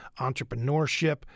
entrepreneurship